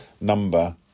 number